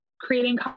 creating